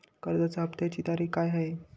कर्जाचा हफ्त्याची तारीख काय आहे?